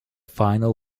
final